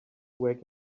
wake